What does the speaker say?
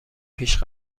پیش